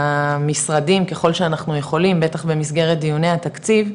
במשרדים ככל שאנחנו יכולים בטח במסגרת דיוני התקציב,